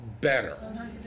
better